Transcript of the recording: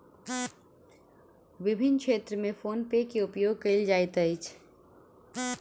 विभिन्न क्षेत्र में फ़ोन पे के उपयोग कयल जाइत अछि